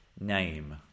Name